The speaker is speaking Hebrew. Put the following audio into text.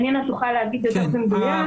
ונינא תוכל להגיד במדויק,